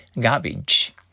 Garbage